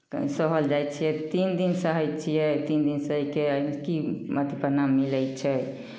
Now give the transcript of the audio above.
सहल जाइ छियै तीन दिन सहै छियै तीन दिन सहि कऽ एहिमे की अथि परिणाम मिलै छै